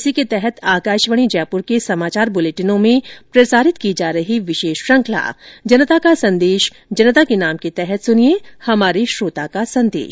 इसी के तहत आकाशवाणी जयपुर के समाचार बुलेटिनों में प्रसारित की जा रही विशेष श्रृखंला जनता का संदेश जनता के नाम के तहत सुनिये हमारे श्रोता का संदेश